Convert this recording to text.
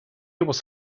was